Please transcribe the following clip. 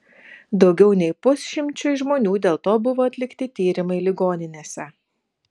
daugiau nei pusšimčiui žmonių dėl to buvo atlikti tyrimai ligoninėse